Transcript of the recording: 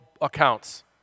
accounts